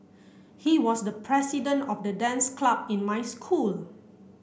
he was the president of the dance club in my school